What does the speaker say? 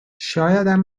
شایدم